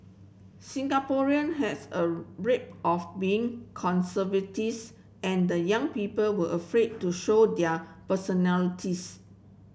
Singaporean has a rep of being and young people were afraid to show their personalities